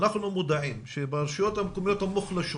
ואנחנו מודעים שברשויות המקומיות המוחלשות,